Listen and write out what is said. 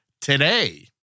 today